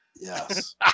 Yes